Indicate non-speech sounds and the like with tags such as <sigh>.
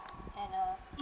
and uh <coughs>